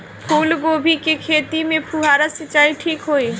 फूल गोभी के खेती में फुहारा सिंचाई ठीक होई?